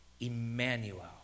Emmanuel